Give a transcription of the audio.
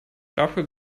dafür